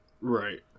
Right